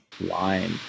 Lime